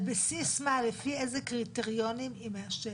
לפי איזה קריטריונים היא מאשרת?